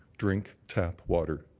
drink tap water.